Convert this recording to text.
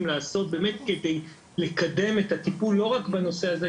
לעשות באמת כדי לקדם את הטיפול לא רק בנושא הזה,